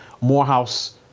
Morehouse